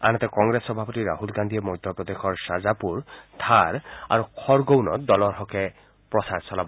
আনহাতে কংগ্ৰেছ সভাপতি ৰাহুল গান্ধীয়ে মধ্য প্ৰদেশৰ শ্বাজাপুৰ ধাৰ আৰু খৰগৌনত দলৰ হকে প্ৰচাৰ চলাব